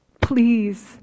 please